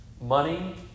money